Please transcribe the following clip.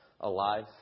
alive